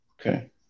Okay